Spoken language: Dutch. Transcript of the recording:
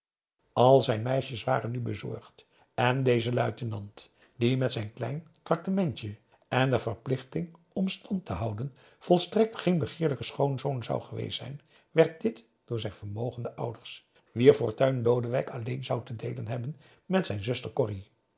al zijn meisjes waren nu bezorgd en deze luitenant die met zijn klein tractementje en de verplichting om stand te houden volstrekt geen begeerlijk schoonzoon zou geweest zijn werd dit door zijn vermogende ouders wier fortuin lodewijk alleen zou te deelen hebben met zijn zuster corrie